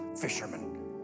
fisherman